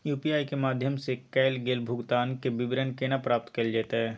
UPI के माध्यम सं कैल गेल भुगतान, के विवरण केना प्राप्त कैल जेतै?